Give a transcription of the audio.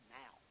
now